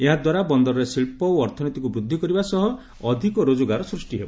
ଏହା ଦ୍ୱାରା ବନ୍ଦରରେ ଶିକ୍ଷ ଓ ଅର୍ଥନୀତିକୁ ବୃକ୍ଷି କରିବା ସହ ଅଧିକ ରୋଜଗାର ସୃଷ୍ଟି ହେବ